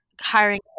hiring